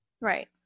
right